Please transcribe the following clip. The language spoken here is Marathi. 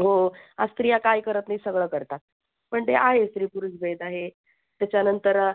हो हो आज स्त्रिया काय करत नाही सगळं करतात पण ते आहे स्त्री पुरुष भेद आहे त्याच्यानंतर